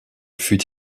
fut